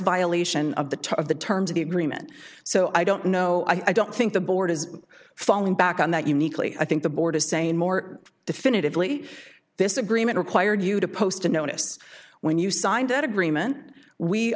violation of the top of the terms of the agreement so i don't know i don't think the board is falling back on that uniquely i think the board is saying more definitively this agreement required you to post a notice when you signed that agreement we